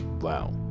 wow